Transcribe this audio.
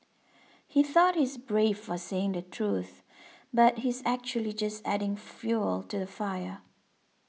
he thought he's brave for saying the truth but he's actually just adding fuel to the fire